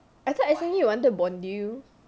I thought S_M_U you wanted bondue